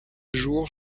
jour